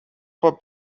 vor